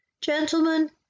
gentlemen